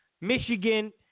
michigan